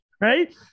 Right